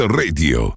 radio